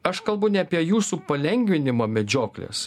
aš kalbu ne apie jūsų palengvinimą medžioklės